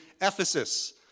Ephesus